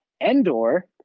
Endor